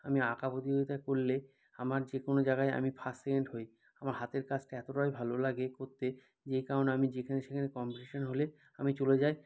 আমি আঁকা প্রতিযোগিতায় করলে আমার যে কোনও জাগায় আমি ফার্স্ট সেকেন্ড হই আমার হাতের কাজটা এতটাই ভালো লাগে করতে যে কারণে আমি যেখানে সেখানে কম্পিটিশন হলে আমি চলে যাই